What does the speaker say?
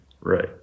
Right